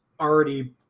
already –